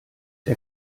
der